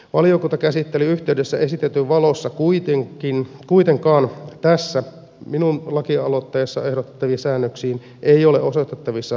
valiokuntakäsittelyn yhteydessä esitetyn valossa kuitenkaan tässä minun lakialoitteessani ehdotettaviin säännöksiin ei ole osoitettavissa minkäännäköistä ongelmallisuutta